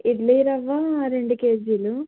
ఇడ్లి రవ్వ రెండు కేజీలు